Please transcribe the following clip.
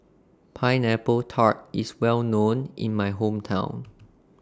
Pineapple Tart IS Well known in My Hometown